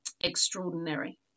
Extraordinary